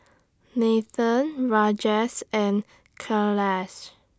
Nathan Rajesh and Kailash